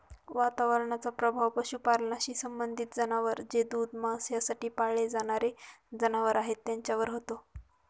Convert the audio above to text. वातावरणाचा प्रभाव पशुपालनाशी संबंधित जनावर जे दूध, मांस यासाठी पाळले जाणारे जनावर आहेत त्यांच्यावर होतो